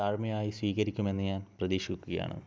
താഴ്മയായി സ്വീകരിക്കുമെന്ന് ഞാൻ പ്രതീക്ഷിക്കുകയാണ്